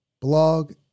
blog